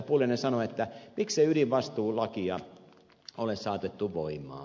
pulliainen sanoi että miksei ydinvastuulakia ole saatettu voimaan